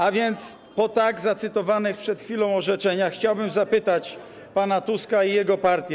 A więc po zacytowanych przed chwilą orzeczeniach chciałbym zapytać pana Tuska i jego partię.